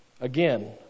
Again